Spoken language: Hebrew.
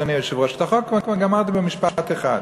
את החוק כבר גמרתי במשפט אחד.